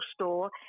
store